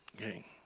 Okay